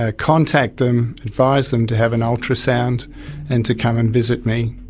ah contact them, advice them to have an ultrasound and to come and visit me.